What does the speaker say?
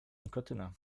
nikotyna